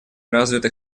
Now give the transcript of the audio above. развитых